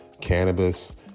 cannabis